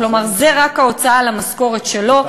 כלומר זו רק ההוצאה על המשכורת שלו,